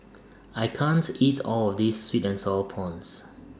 I can't eat All of This Sweet and Sour Prawns